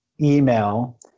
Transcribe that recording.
email